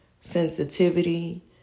sensitivity